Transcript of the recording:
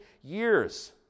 years